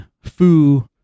foo